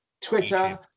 Twitter